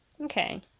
Okay